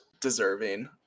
deserving